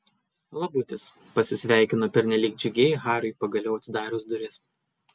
labutis pasisveikinu pernelyg džiugiai hariui pagaliau atidarius duris